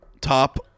top